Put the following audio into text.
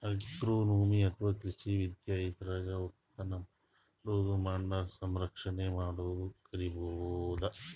agronomy ಅಥವಾ ಕೃಷಿ ವಿದ್ಯೆ ಇದ್ರಾಗ್ ಒಕ್ಕಲತನ್ ಮಾಡದು ಮಣ್ಣ್ ಸಂರಕ್ಷಣೆ ಮಾಡದು ಕಲಿಬಹುದ್